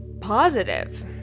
positive